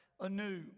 anew